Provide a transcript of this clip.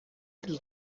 del